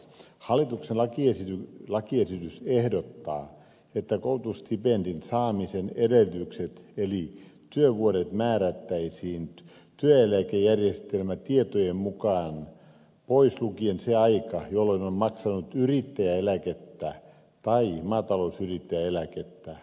hallituksen lakiesityksessä ehdotetaan että koulutusstipendin saamisen edellytykset eli työvuodet määrättäisiin työeläkejärjestelmätietojen mukaan pois lukien se aika jolloin on maksanut yrittäjäeläkettä tai maatalousyrittäjäeläkettä